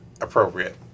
appropriate